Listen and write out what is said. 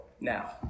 now